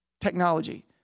technology